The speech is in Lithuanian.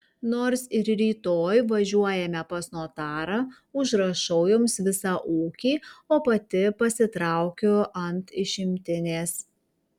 nors ir rytoj važiuojame pas notarą užrašau jums visą ūkį o pati pasitraukiu ant išimtinės